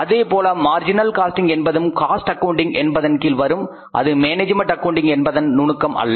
அதேபோல marginal costing என்பதும் cost accounting என்பதன் கீழ் வரும் அது மேனேஜ்மென்ட் ஆக்கவுண்டிங் என்பதன் நுணுக்கம் அல்ல